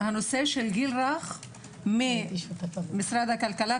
הנושא של הגיל הרך ממשרד הכלכלה,